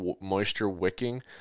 moisture-wicking